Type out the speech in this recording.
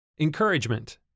Encouragement